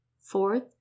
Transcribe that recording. Fourth